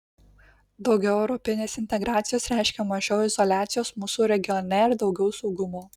daugiau europinės integracijos reiškia mažiau izoliacijos mūsų regione ir daugiau saugumo